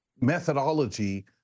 methodology